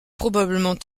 probablement